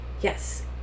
Yes